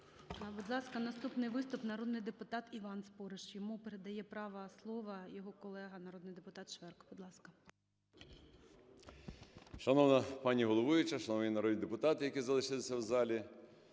Будь ласка, наступний виступ – народний депутат Іван Спориш. Йому передає право слова його колега народний депутат Шверк. Будь ласка. 13:33:54 СПОРИШ І.Д. Шановна пані головуюча, шановні народні депутати, які залишилися в залі!